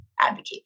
advocate